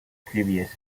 previous